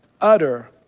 utter